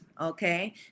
okay